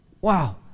Wow